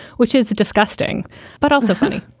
which is disgusting but also funny